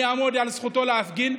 אני אעמוד על זכותו להפגין.